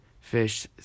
fish